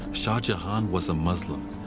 shah jahan was a muslim,